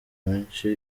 menshi